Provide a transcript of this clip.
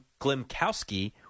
Glimkowski